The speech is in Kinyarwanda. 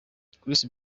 chris